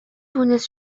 түүнээс